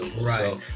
right